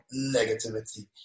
negativity